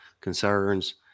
concerns